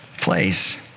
place